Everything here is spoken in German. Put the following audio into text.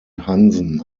hansen